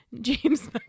James